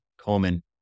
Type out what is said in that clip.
Coleman